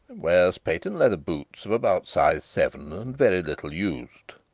wears patent leather boots of about size seven and very little used.